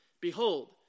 Behold